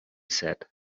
said